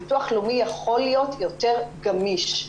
הביטוח הלאומי יכול להיות יותר גמיש.